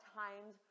times